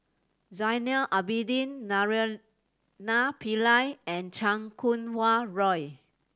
Zainal Abidin Naraina Pillai and Chan Kum Wah Roy